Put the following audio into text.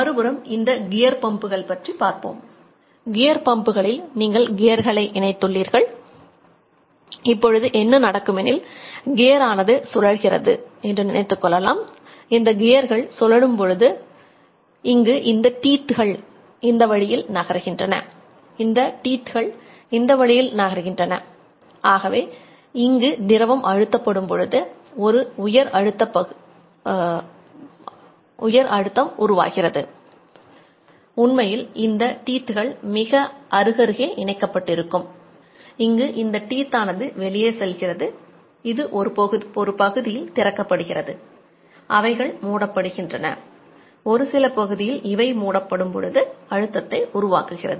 மறுபுறம் இந்த கியர் பம்புகள் உருவாக்குகிறது